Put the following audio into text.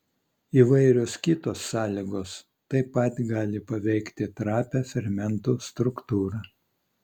įvairios kitos sąlygos taip pat gali paveikti trapią fermentų struktūrą